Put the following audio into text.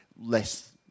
less